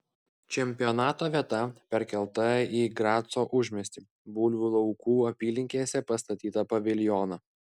čempionato vieta perkelta į graco užmiestį bulvių laukų apylinkėse pastatytą paviljoną